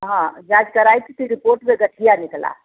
हाँ जाँच कराई थी तो रिपोर्ट में गठिया निकला